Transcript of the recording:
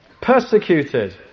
Persecuted